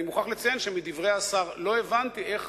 אני מוכרח לציין שמדברי השר לא הבנתי איך